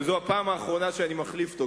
וזו הפעם האחרונה שאני מחליף אותו,